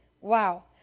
wow